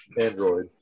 Android